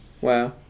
Wow